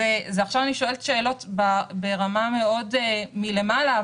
עכשיו אני שואלת שאלות ברמה מאוד מלמעלה,